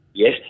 Yes